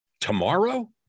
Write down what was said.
tomorrow